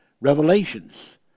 Revelations